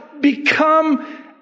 become